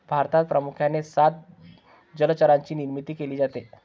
भारतात प्रामुख्याने सात जलचरांची निर्मिती केली जाते